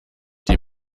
die